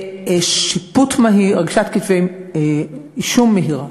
בשיפוט מהיר, הגשת כתבי-אישום מהירה,